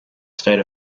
state